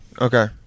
Okay